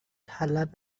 طلب